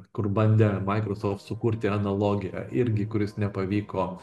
kur bandė microsoft sukurti analogiją irgi kuris nepavyko